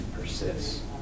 persists